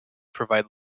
provide